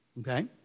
okay